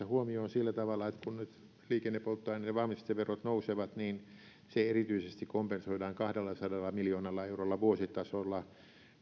huomioon tässä sillä tavalla että kun nyt liikennepolttoaineiden valmisteverot nousevat niin se erityisesti kompensoidaan kahdellasadalla miljoonalla eurolla vuositasolla